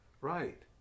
Right